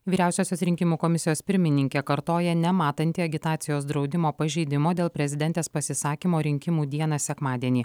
vyriausiosios rinkimų komisijos pirmininkė kartoja nematanti agitacijos draudimo pažeidimo dėl prezidentės pasisakymo rinkimų dieną sekmadienį